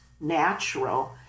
natural